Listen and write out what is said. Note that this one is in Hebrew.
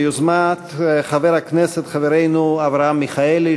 ביוזמת חבר הכנסת חברנו אברהם מיכאלי.